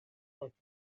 cotton